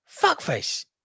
Fuckface